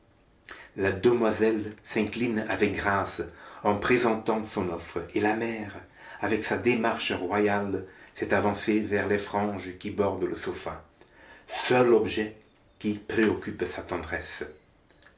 la demoiselle s'incline avec grâce en présentant son offre et la mère avec sa démarche royale s'est avancée vers les franges qui bordent le sofa seul objet qui préoccupe sa tendresse